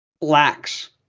lacks